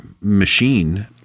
machine